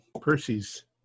Percy's